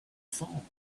phone